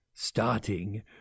Starting